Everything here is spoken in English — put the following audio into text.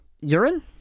Urine